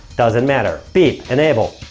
doesn't matter. beep. enable.